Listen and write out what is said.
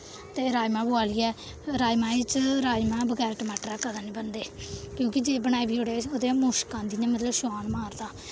ते राजमांह् बोआलियै राजमांहें च राजमांह् बगैर टमाटर दे कदें निं बनदे क्योंकि जे बनाई बी ओड़े ओह्दे चा मुश्क आंदी इ'यां मतलब छोआन मारदा